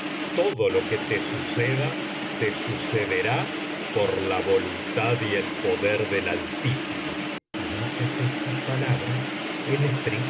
todo lo que te suceda te sucederá por la voluntad y el poder del altísimo y dichas estas palabras el